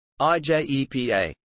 IJEPA